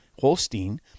Holstein